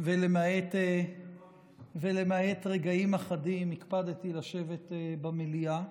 ולמעט רגעים אחדים הקפדתי לשבת במליאה,